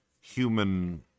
human